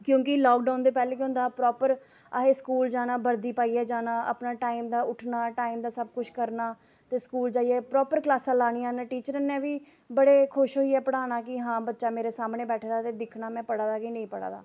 क्योंकि लाकडोउन दे पैह्लें केह् होंदा हा प्रापर अहें स्कूल जाना बर्दी पाइयै जाना अपने टाइम दा उट्ठना टाइम दा सब कुछ करना ते स्कूल जाइयै प्रापर क्लासां लानियां टीचर ने बी बड़े खुश होइयै पढ़ाना कि हां बच्चा मेरे सामने बैठे दा ते दिक्खना कि में पढ़ा दा कि नेईं पढ़ा दा